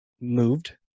moved